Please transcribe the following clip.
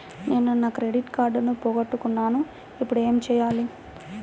నేను నా క్రెడిట్ కార్డును పోగొట్టుకున్నాను ఇపుడు ఏం చేయాలి?